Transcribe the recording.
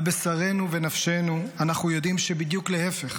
על בשרנו ונפשנו אנחנו יודעים שבדיוק להפך.